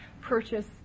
purchase